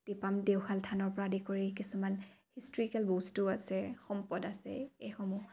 টিপাম দেওশাল থানৰপৰা আদি কৰি কিছুমান হিষ্টৰিকেল বস্তু আছে সম্পদ আছে এইসমূহ